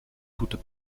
toutes